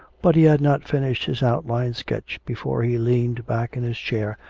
but he had not finished his outline sketch before he leaned back in his chair,